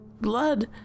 blood